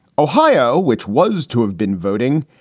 ohio, which was to have been voting,